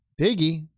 Diggy